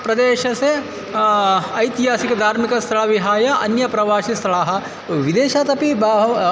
प्रदेशस्य ऐतिहासिकधार्मिकस्थलं विहाय अन्यप्रवासि स्थलानि विदेशादपि बहवः